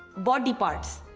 body parts.